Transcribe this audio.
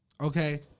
Okay